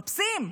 מחפשים,